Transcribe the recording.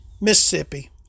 Mississippi